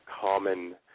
common